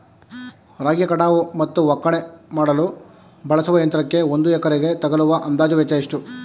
ರಾಗಿ ಕಟಾವು ಮತ್ತು ಒಕ್ಕಣೆ ಮಾಡಲು ಬಳಸುವ ಯಂತ್ರಕ್ಕೆ ಒಂದು ಎಕರೆಗೆ ತಗಲುವ ಅಂದಾಜು ವೆಚ್ಚ ಎಷ್ಟು?